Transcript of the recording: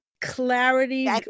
clarity